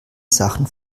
sachen